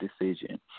decision